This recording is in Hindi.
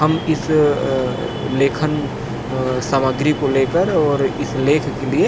हम इस लेखन सामग्री को लेकर और इस लेख के लिए